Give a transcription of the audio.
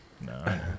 No